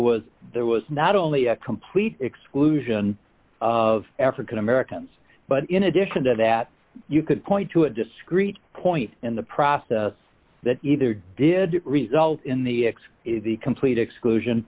was there was not only a complete exclusion of african americans but in addition to that you could point to a discreet point in the process that either did not result in the x is the complete exclusion